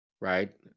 Right